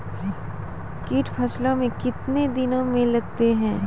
कीट फसलों मे कितने दिनों मे लगते हैं?